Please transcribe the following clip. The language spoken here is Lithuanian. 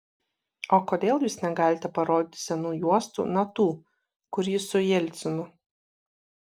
o kodėl jūs negalite parodyti senų juostų na tų kur jis su jelcinu